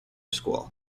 school